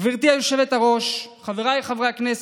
גברתי היושבת-ראש, חבריי חברי הכנסת,